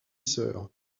sœur